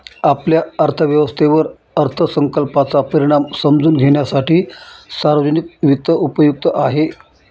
आपल्या अर्थव्यवस्थेवर अर्थसंकल्पाचा परिणाम समजून घेण्यासाठी सार्वजनिक वित्त उपयुक्त आहे